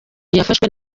yafashwe